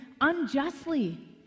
unjustly